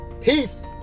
peace